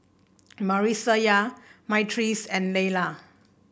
Marissa Myrtice and Leila